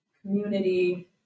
community